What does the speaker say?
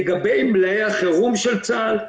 לגבי מלאי החירום של צה"ל.